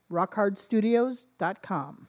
rockhardstudios.com